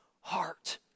heart